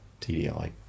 TDI